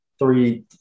three